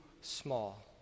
small